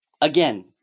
Again